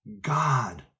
God